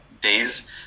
days